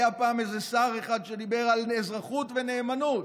היה פעם איזה שר אחד שדיבר על אזרחות ונאמנות,